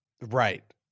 Right